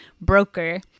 Broker